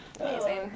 Amazing